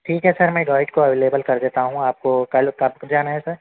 ٹھیک ہے سر میں گائڈ کو اویلیبل کر دیتا ہوں آپ کو کل کب جانا ہے سر